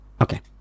Okay